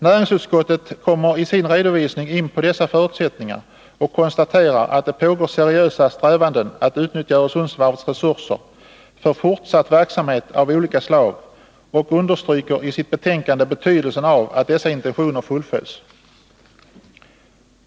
Näringsutskottet kommer i sin redovisning in på dessa förutsättningar och konstaterar att det pågår seriösa strävanden att utnyttja Öresundsvarvets resurser för fortsatt verksamhet av olika slag. Och näringsutskottet understryker i sitt betänkande betydelsen av att dessa intentioner fullföljs.